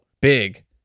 big